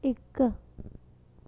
इक